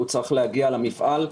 הוא צריך להגיע למפעל.